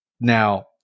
Now